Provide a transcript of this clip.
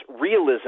realism